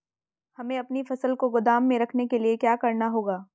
हमें अपनी फसल को गोदाम में रखने के लिये क्या करना होगा?